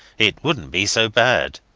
it wouldnt be so bad.